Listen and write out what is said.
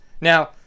now